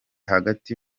hagati